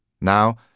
Now